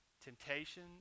temptation